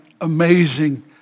amazing